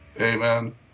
Amen